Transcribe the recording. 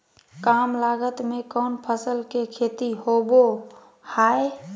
काम लागत में कौन फसल के खेती होबो हाय?